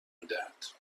میدهد